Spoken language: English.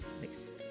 list